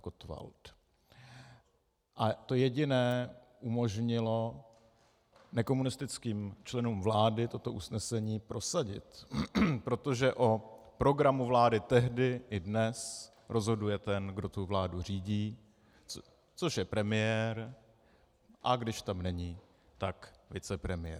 A to jediné umožnilo nekomunistickým členům vlády toto usnesení prosadit, protože o programu vlády tehdy i dnes rozhoduje ten, kdo vládu řídí, což je premiér, a když tam není, tak vicepremiér.